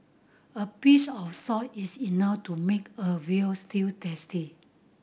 a pinch of salt is enough to make a veal stew tasty